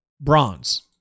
Bronze